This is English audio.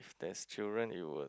there's children it would